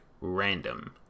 random